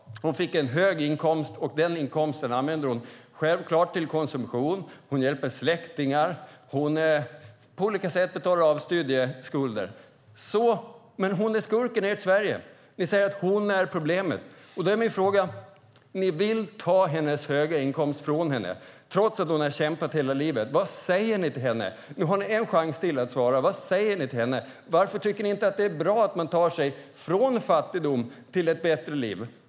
Hon fick en hög inkomst. Den inkomsten använder hon självklart till konsumtion. Hon hjälper släktingar och betalar på olika sätt av studieskulder. Hon är skurken i ert Sverige. Ni säger att hon är problemet. Ni vill ta hennes höga inkomst från henne, trots att hon har kämpat hela livet. Vad säger ni till henne? Nu har ni en chans till att svara. Varför tycker ni inte att det är bra att man tar sig från fattigdom till ett bättre liv?